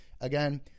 again